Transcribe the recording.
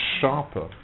sharper